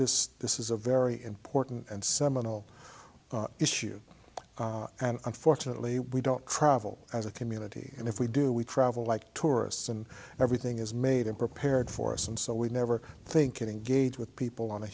this this is a very important and seminal issue and unfortunately we don't travel as a community and if we do we travel like tourists and everything is made in prepared for us and so we never think it engage with people on a